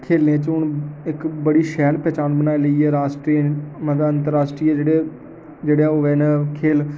खे'ल्लें च हून इक बड़ी शैल पह्चान बनाई लेई ऐ राश्ट्रीय मतलब अंतरराश्ट्रीय जेह्ड़े होवे न खेल